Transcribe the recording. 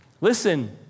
Listen